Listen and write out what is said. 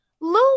Lou